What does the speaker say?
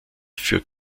für